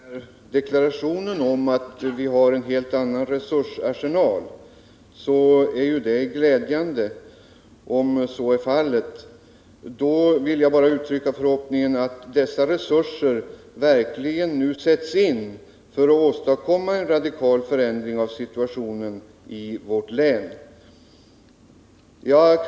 Herr talman! Jag skall fatta mig kort. Deklarationen om att vi nu har en helt annan resursarsenal är glädjande. Jag vill då uttrycka förhoppningen om att dessa resurser verkligen sätts in för att åstadkomma en radikal förändring av situationen i vårt län.